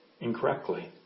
incorrectly